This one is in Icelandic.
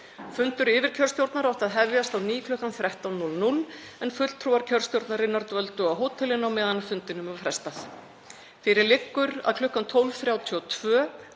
Fundur yfirkjörstjórnar átti að hefjast á ný kl. 13.00 en fulltrúar kjörstjórnarinnar dvöldu á hótelinu á meðan fundinum var frestað. Fyrir liggur að kl. 12.32